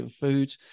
food